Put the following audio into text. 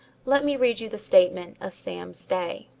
let me read you the statement of sam stay.